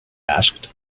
asked